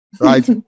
Right